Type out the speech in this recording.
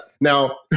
Now